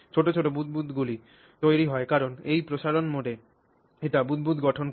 ছোট বুদবুদগুলি তৈরি হয় কারণ এই প্রসারণ মোডে এটি বুদবুদ গঠন করে